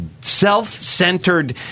self-centered